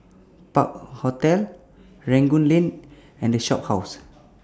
Park Hotel Rangoon Lane and The Shophouse